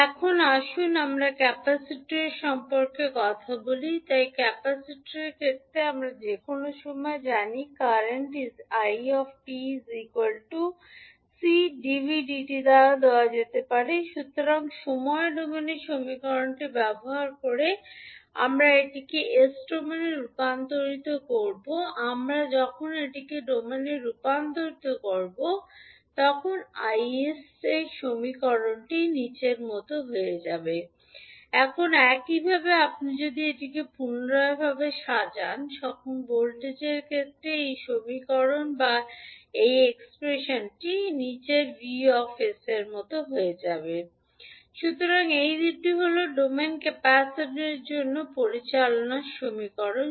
এখন আসুন আমরা ক্যাপাসিটার সম্পর্কে কথা বলি তাই ক্যাপাসিটরের ক্ষেত্রে আমরা যে কোনও সময় কারেন্ট জানি 𝑖 𝑡 𝐶 𝑑𝑣dt দ্বারা দেওয়া যেতে পারে সুতরাং সময় ডোমেনে সমীকরণটি ব্যবহার করে আমরা এটিকে s এ রূপান্তর করব মেইন আমরা যখন এটির ডোমেনে রূপান্তর করব তখন তা হয়ে যাবে 𝐼𝑠 𝐶𝑠𝑉𝑠 − 𝑣0− 𝑠𝐶𝑉𝑠 − 𝐶𝑣0− এখন একইভাবে আপনি যদি পুনরায় সাজান ভোল্টেজের ক্ষেত্রে এই এই সমীকরণ বা এই এক্সপ্রেশন সুতরাং এই দুটি হল ডোমেইনে ক্যাপাসিটরের জন্য পরিচালনা সমীকরণ হবে